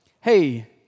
hey